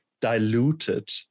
diluted